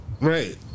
right